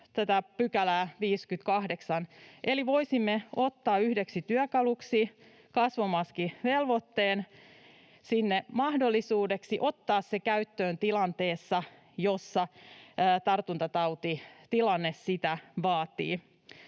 tätä 58 §:ää, eli voisimme ottaa sinne yhdeksi työkaluksi kasvomaskivelvoitteen, mahdollisuuden ottaa se käyttöön tilanteessa, jossa tartuntatautitilanne sitä vaatii.